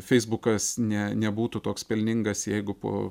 feisbukas ne nebūtų toks pelningas jeigu po